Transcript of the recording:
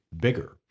bigger